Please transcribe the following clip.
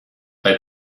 they